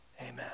amen